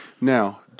Now